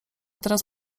teraz